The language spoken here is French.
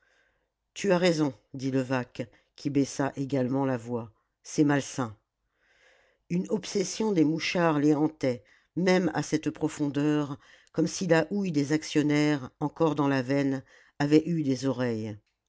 tu as raison dit levaque qui baissa également la voix c'est malsain une obsession des mouchards les hantait même à cette profondeur comme si la houille des actionnaires encore dans la veine avait eu des oreilles